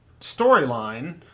storyline